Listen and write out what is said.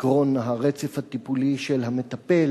עקרון הרצף הטיפולי של המטפל,